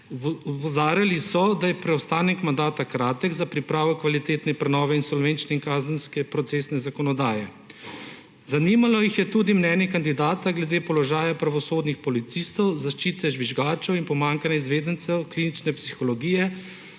Opozarjali so, da je preostanek mandata kratek za pripravo kvalitetne prenove insolvenčne in kazenske procesne zakonodaje. Zanimalo jih je tudi mnenje kandidata glede položaja pravosodnih policistov, zaščite žvižgačev in pomanjkanje izvedencev klinične psihologije